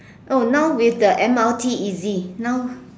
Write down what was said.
no now with the m_r_t easy now